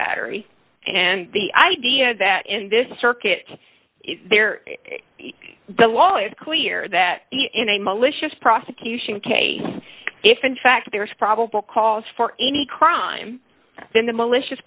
battery and the idea that in this circuit there the law is clear that in a malicious prosecution case if in fact there is probable cause for any crime then the malicious